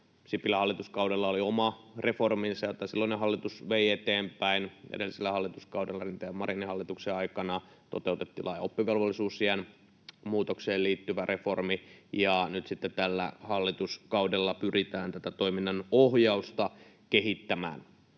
Sipilän hallituskaudella oli oma reforminsa, jota silloinen hallitus vei eteenpäin. Edellisellä hallituskaudella, Rinteen—Marinin hallituksen aikana, toteutettiin laaja oppivelvollisuusiän muutokseen liittyvä reformi, ja nyt sitten tällä hallituskaudella pyritään tätä toiminnanohjausta kehittämään.